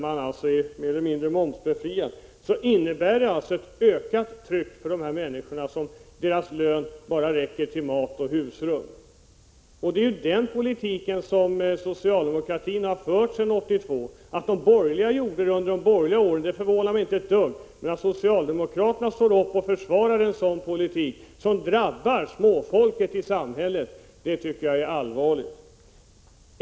Matprishöjningarna innebär alltså ett större tryck på de människor vilkas lön räcker bara till mat och husrum. Det är också en sådan politik som har förts av socialdemokraterna sedan 1982. Att så skedde under de borgerliga åren förvånar mig inte ett dyft, men att socialdemokraterna försvarar en sådan politik, som drabbar småfolket i | samhället, tycker jag är allvarligt.